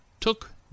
took